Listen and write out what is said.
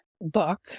book